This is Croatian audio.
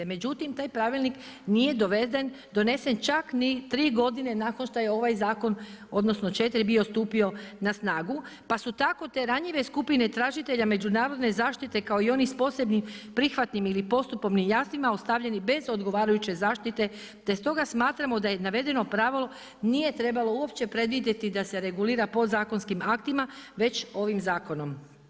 Međutim, taj pravilnik nije donesen čak ni tri godine nakon što je ovaj zakon odnosno četiri bio stupio na snagu, pa su tako te ranjive skupine tražitelja međunarodne zaštite kao i oni s posebnim prihvatnim ili postupovnim jamstvima ostavljeni bez odgovarajuće zaštite, te stoga smatramo da je navedeno pravo nije trebalo uopće predvidjeti da se regulira podzakonskim aktima već ovim zakonom.